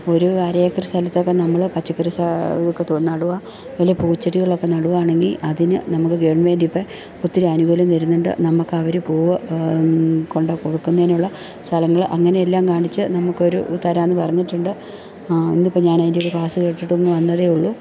ഒരു അര ഏക്കർ സ്ഥലത്തൊക്കെ നമ്മൾ പച്ചക്കറി ഒക്കെയും നടുകയാണ് വല്ല പൂച്ചെടികളൊക്കെ നടുകയാണെങ്കിൽ അതിന് നമുക്ക് ഗവൺമെൻ്റിപ്പോൾ ഒത്തിരിയാനുകൂല്യം തരുന്നുണ്ട് നമുക്കവർ പൂവ് കൊണ്ടുപോയി കൊടുക്കുന്നതിനുള്ള സ്ഥലങ്ങൾ അങ്ങനെയെല്ലാം കാണിച്ച് നമുക്കൊരു തരാമെന്ന് പറഞ്ഞിട്ടുണ്ട് ഇന്നിപ്പോൾ ഞാനതിൻ്റെയൊരു ക്ലാസ്സ് കേട്ടിട്ടിങ്ങ് വന്നതേയുള്ളു